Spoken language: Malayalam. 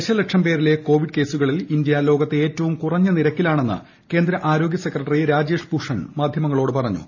ദശലക്ഷം പേരിലെ കോവിഡ് കേസുകളിൽ ഇന്ത്യ ലോകത്തെ ഏറ്റവും കുറഞ്ഞ നിരക്കിലാണെന്ന് കേന്ദ്ര ആരോഗ്യ സെക്രട്ടറി രാജേഷ് ഭൂഷൺ മാധ്യമങ്ങളോട് പറഞ്ഞു